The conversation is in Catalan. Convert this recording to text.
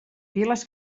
piles